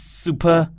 super